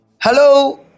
Hello